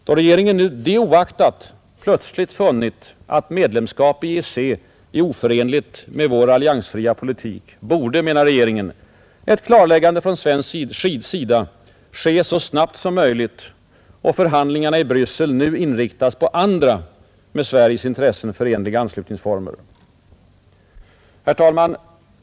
Då regeringen det oaktat plötsligt funnit, att medlemskap i EEC vore oförenligt med vår alliansfria politik borde — menar regeringen — ett klarläggande från svensk sida ske så snabbt som möjligt och förhandlingarna i Bryssel inriktas på andra med Sveriges intressen förenliga anslutningsformer. Herr talman!